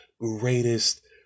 greatest